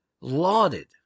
lauded